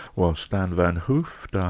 well stan van hooft, um